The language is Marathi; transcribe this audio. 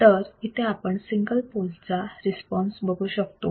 तर इथे आपण सिंगल पोलचा रिस्पॉन्स बघू शकतो